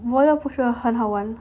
我又不是很好玩